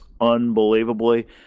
unbelievably